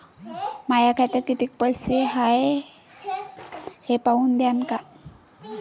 माया खात्यात कितीक पैसे बाकी हाय हे पाहून द्यान का?